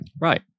Right